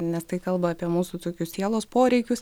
nes tai kalba apie mūsų tokius sielos poreikius